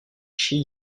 shi